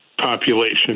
population